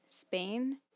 Spain